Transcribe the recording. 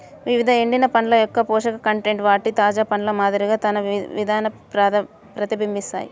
వివిధ ఎండిన పండ్ల యొక్కపోషక కంటెంట్ వాటి తాజా పండ్ల మాదిరి తన విధాన ప్రతిబింబిస్తాయి